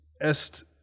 est